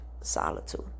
solitude